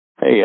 hey